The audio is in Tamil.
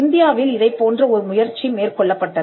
இந்தியாவில் இதைப்போன்ற ஒரு முயற்சி மேற்கொள்ளப்பட்டது